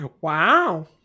Wow